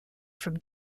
from